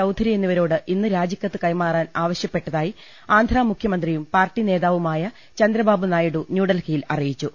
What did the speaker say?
ചൌധരി എന്നിവരോട് ഇന്ന് രാജിക്കത്ത് കൈമാ റാൻ ആവശ്യപ്പെട്ടതായി ആന്ധ്രാമുഖ്യമന്ത്രിയും പാർട്ടി നേതാവു മായ ചന്ദ്രബാബു നായിഡു ന്യൂഡൽഹിയിൽ അറിയിച്ചു